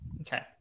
Okay